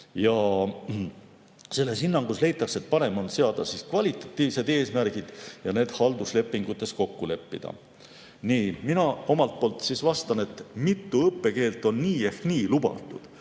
Selles hinnangus leitakse, et parem on seada kvalitatiivsed eesmärgid ja need halduslepingutes kokku leppida. Mina omalt poolt vastan, et mitu õppekeelt on nii ehk nii lubatud,